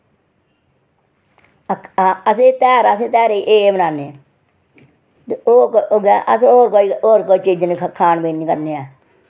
अक असें तेहार असें तेहार एह् एह् बनान्ने ते होग होगै अस होर कोई और कोई चीज निं ख खान पीन निं करने ऐं